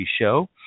show